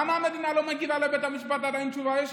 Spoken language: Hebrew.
למה המדינה לא נותנת עדיין תשובה לבית המשפט?